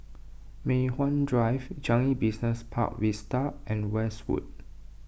Mei Hwan Drive Changi Business Park Vista and Westwood